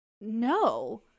No